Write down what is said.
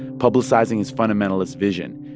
publicizing his fundamentalist vision.